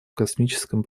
космическом